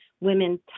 women